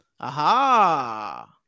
Aha